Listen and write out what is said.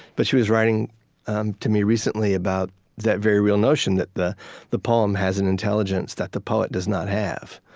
but she was writing um to me recently about that very real notion that the the poem has an intelligence that the poet does not have.